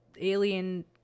alien